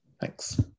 Thanks